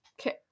Okay